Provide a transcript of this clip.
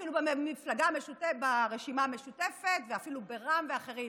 אפילו ברשימה המשותפת, ואפילו ברע"מ ואחרים.